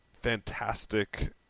Fantastic